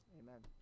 amen